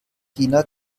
china